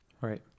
Right